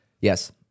Yes